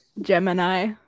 Gemini